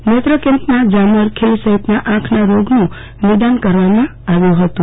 નેત્ર કેમ્પમાં જામર ખીલ સહિતના આંખના રોગનું નિદાન કરવામાં આવ્યુ હતું